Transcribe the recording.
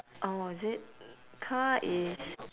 oh is it car is